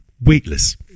weightless